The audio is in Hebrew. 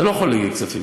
אתה לא יכול להגיד כספים.